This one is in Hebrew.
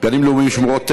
שמורות טבע,